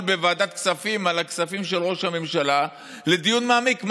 בוועדת כספים על הכספים של ראש הממשלה לדיון מעמיק.